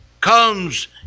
comes